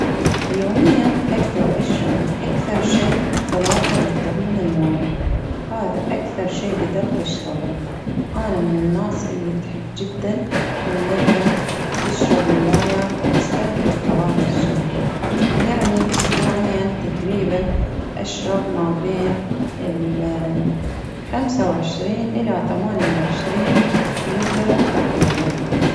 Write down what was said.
يوميا أقدر أشرب أكثر شيء ثلاثة لتر من الموية، هذا أكثر شيء قدرت أشربه، انا من الناس اللي تحب جدا إنها تشرب الموية وأستمتع في هذا الشيء، يعني أسبوعيا تقريبا أشرب ما بين خمسة وعشرين إلى ثمانية وعشرين لتر تقريبا.